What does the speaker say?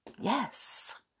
yes